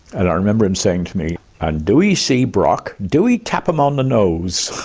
and i remember him saying to me, and do ee see brock, do ee tap im on the nose.